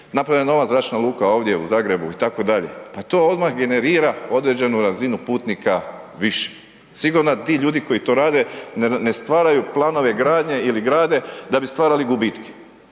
je nova zračna luka ovdje u Zagrebu, itd. Pa to odmah generira određenu razinu putnika više. Sigurno ti ljudi koji to rade, ne stvaraju planove gradnje ili grade da bi stvarali gubitke.